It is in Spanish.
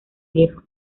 viejo